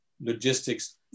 logistics